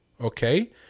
Okay